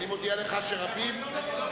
אדוני רק זוכר שמחר בערב,